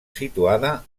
situada